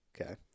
okay